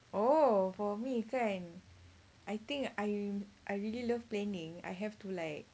oh for me kan I think I I really love planning I have to like